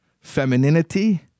femininity